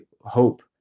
hope